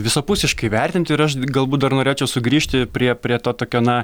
visapusiškai vertinti ir aš galbūt dar norėčiau sugrįžti prie prie to tokio na